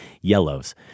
yellows